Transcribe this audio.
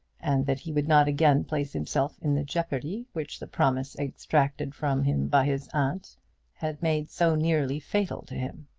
and that he would not again place himself in the jeopardy which the promise exacted from him by his aunt had made so nearly fatal to him.